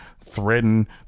threaten